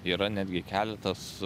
yra netgi keletas